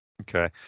Okay